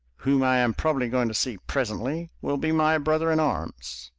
whom i am probably going to see presently, will be my brother-in-arms.